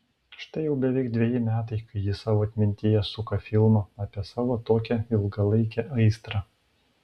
štai jau beveik dveji metai kai ji savo atmintyje suka filmą apie savo tokią ilgalaikę aistrą